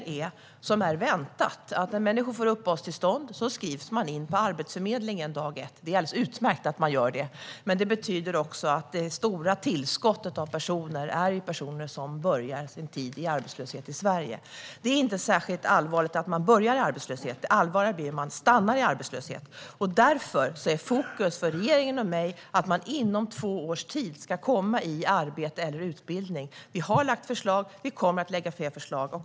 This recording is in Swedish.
När människor får uppehållstillstånd skrivs de in på Arbetsförmedlingen dag ett, och detta är väntat. Det här är alldeles utmärkt. Men det betyder också att det stora tillskottet handlar om personer som börjar sin tid i Sverige i arbetslöshet. Det är inte särskilt allvarligt att man börjar i arbetslöshet, utan det allvarliga blir om man stannar i arbetslöshet. Regeringens och mitt fokus är därför att människor inom två års tid ska få arbete eller utbildning. Vi har lagt fram förslag, och vi kommer att lägga fram fler förslag.